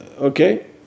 Okay